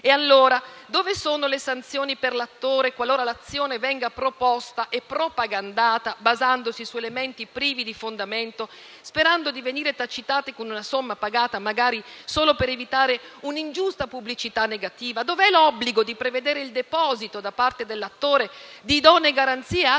E allora, dove sono le sanzioni per l'attore qualora l'azione venga proposta e propagandata basandosi su elementi privi di fondamento, sperando di venire tacitati con una somma pagata magari solo per evitare un'ingiusta pubblicità negativa? Dove è l'obbligo di prevedere il deposito da parte dell'attore di idonee garanzie atte